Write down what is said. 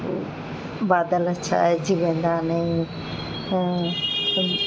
बादल छाइजी वेंदा आहिनि पोइ